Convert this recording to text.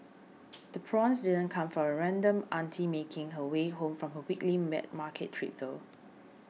the prawns didn't come from a random auntie making her way home from her weekly wet market trip though